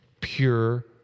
pure